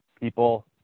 people